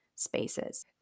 spaces